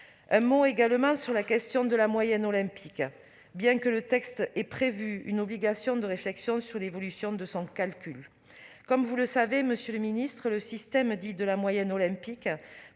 un mot, également, sur la question de la moyenne olympique, même si le texte a prévu une obligation de réflexion sur l'évolution de son mode de calcul. Comme vous le savez, monsieur le ministre, le système dit de la « moyenne olympique